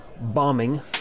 bombing